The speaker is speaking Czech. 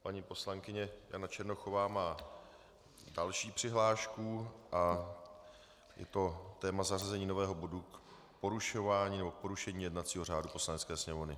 Paní poslankyně Jana Černochová má další přihlášku a je to téma zařazení nového bodu porušování nebo porušení jednacího řádu Poslanecké sněmovny.